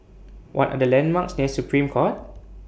What Are The landmarks near Supreme Court